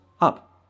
up